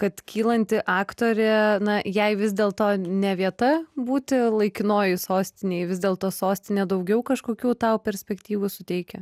kad kylanti aktorė na jei vis dėlto ne vieta būti laikinojoj sostinėj vis dėlto sostinė daugiau kažkokių tau perspektyvų suteikia